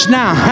now